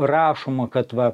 rašoma kad va